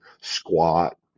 squat